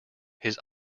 his